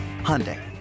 Hyundai